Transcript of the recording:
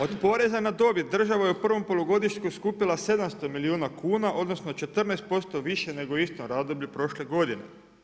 Od poreza na dobit država je u prvom polugodištu skupila 700 milijuna kuna odnosno 14% više nego u istom razdoblju prošle godine.